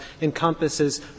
encompasses